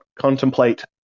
contemplate